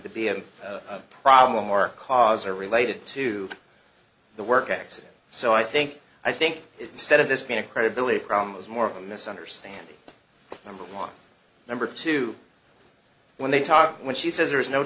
to be a problem or cause or related to the work accident so i think i think it's said of this being a credibility problem was more of a misunderstanding number one number two when they talk when she says there is no